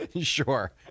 Sure